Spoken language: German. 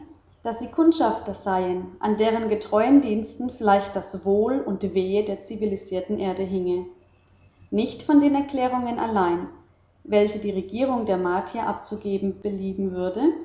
daß sie kundschafter seien an deren getreuen diensten vielleicht das wohl und wehe der zivilisierten erde hinge nicht von den erklärungen allein welche die regierung der martier abzugeben belieben würde